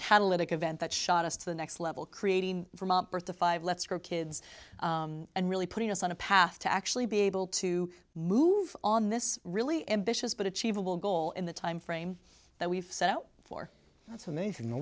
catalytic event that shot us to the next level creating vermont birth to five let's grow kids and really putting us on a path to actually be able to move on this really ambitious but achievable goal in the timeframe that we've set out for that's amazing